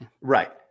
Right